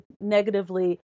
negatively